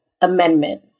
amendment